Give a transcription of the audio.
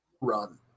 run